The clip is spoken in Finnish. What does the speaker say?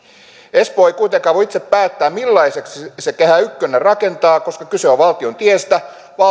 espoo ei kuitenkaan voi itse päättää millaiseksi se se kehä ykkösen rakentaa koska kyse on valtion tiestä